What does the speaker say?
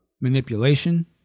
manipulation